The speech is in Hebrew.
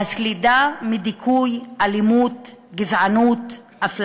והסלידה מדיכוי, אלימות, גזענות, אפליה,